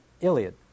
Iliad